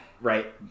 Right